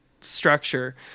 structure